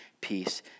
peace